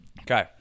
okay